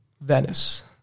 Venice